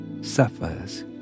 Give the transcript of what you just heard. suffers